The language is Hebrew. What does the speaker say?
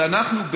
אנחנו,